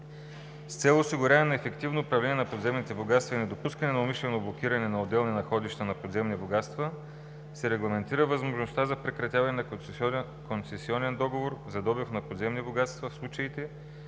С цел осигуряване на ефективно управление на подземните богатства и недопускане на умишлено блокиране на отделни находища на подземни богатства се регламентира възможността за прекратяване на концесионен договор за добив на подземни богатства в случаите,